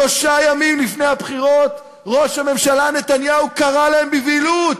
שלושה ימים לפני הבחירות ראש הממשלה נתניהו קרא להם בבהילות: